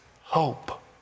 hope